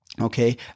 Okay